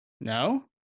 No